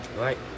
Right